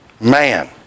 Man